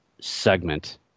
segment